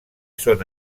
són